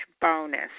bonus